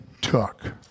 took